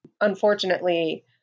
unfortunately